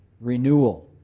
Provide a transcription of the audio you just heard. renewal